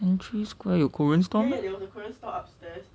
century square 有 korean stall meh